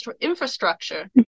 infrastructure